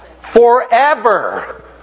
forever